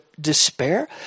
despair